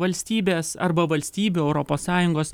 valstybės arba valstybių europos sąjungos